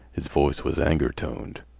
his voice was anger-toned.